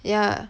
yeah